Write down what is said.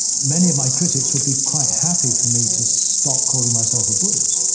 many of my critics would be quite happy for me to stop calling myself a buddhist.